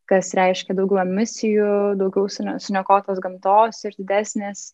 kas reiškia daugiau emisijų daugiau sunio suniokotos gamtos ir didesnės